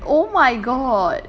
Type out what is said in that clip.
oh my god